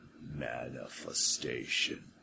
manifestation